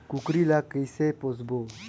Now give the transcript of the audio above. कूकरी ला कइसे पोसबो?